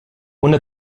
una